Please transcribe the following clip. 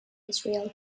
israel